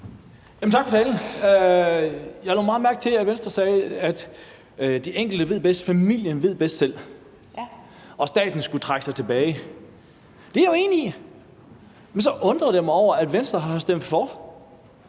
Tak for talen. Jeg lagde meget mærke til, at Venstre sagde, at de enkelte ved bedst, at familien ved bedst selv, og at staten skulle trække sig tilbage. Det er jeg jo enig i. Men så undrer jeg mig over, at Venstre har stemt for